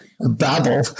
Babble